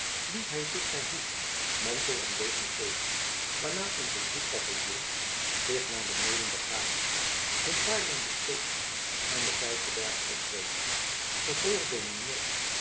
liet hy zich zijn hoed mantel en degen geven waarna onze drie kavaliers zich naar beneden begaven hun paarden bestegen en den vijverberg opreden gevolgd